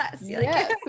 Yes